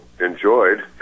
enjoyed